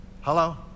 Hello